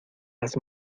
las